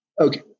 Okay